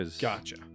Gotcha